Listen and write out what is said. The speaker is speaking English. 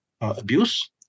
abuse